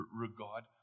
regard